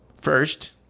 First